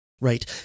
right